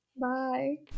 Bye